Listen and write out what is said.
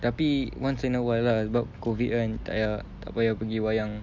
tapi once in a while lah sebab COVID kan tak payah tak payah pergi wayang